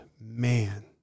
man